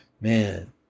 Man